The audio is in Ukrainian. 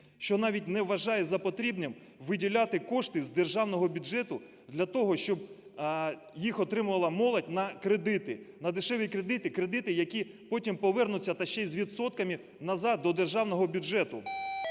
що навіть не вважає за потрібне виділяти кошти з державного бюджету для того, щоб їх отримувала молодь на кредити, на дешеві кредити, кредити, які потім повернуться та ще й з відсотками назад до державного бюджету?